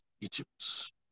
Egypt